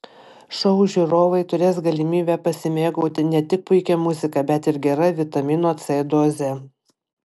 šou žiūrovai turės galimybę pasimėgauti ne tik puikia muzika bet ir gera vitamino c doze